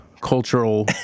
cultural